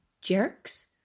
jerks